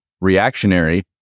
reactionary